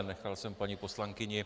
Nechal jsem paní poslankyni.